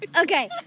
Okay